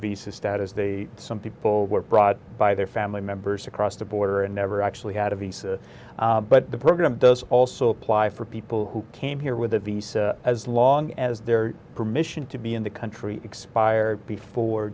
visa status they some people were brought by their family members across the border and never actually had a visa but the program does also apply for people who came here with the say as long as their permission to be in the country expired before